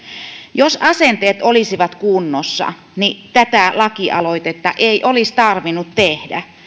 jos asenteet olisivat kunnossa tätä lakialoitetta ei olisi tarvinnut tehdä